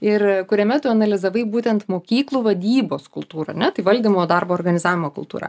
ir kuriame tu analizavau būtent mokyklų vadybos kultūrą ar ne tai valdymo darbo organizavimo kultūra